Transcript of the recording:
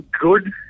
good